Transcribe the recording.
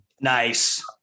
Nice